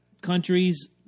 countries